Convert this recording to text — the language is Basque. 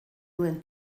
nuen